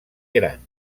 gran